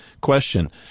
Question